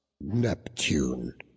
Neptune